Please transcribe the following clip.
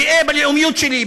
גאה בלאומיות שלי,